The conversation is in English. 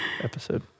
episode